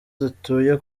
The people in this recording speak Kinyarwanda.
dutuye